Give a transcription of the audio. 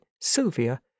Sylvia